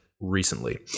recently